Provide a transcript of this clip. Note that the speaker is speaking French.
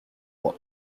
droit